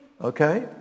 Okay